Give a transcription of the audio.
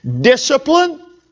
Discipline